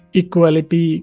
equality